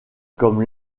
comme